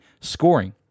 scoring